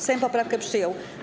Sejm poprawkę przyjął.